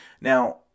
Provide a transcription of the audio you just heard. now